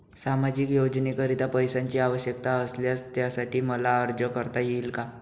सामाजिक योजनेकरीता पैशांची आवश्यकता असल्यास त्यासाठी मला अर्ज करता येईल का?